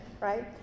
right